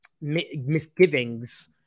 misgivings